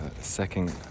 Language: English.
second